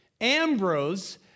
Ambrose